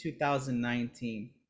2019